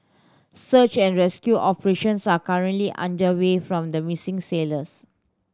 search and rescue operations are currently underway form the missing sailors